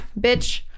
bitch